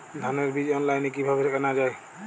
ধানের বীজ অনলাইনে কিভাবে কেনা যায়?